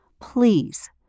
please